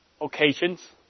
occasions